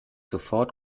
sofort